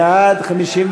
בעד,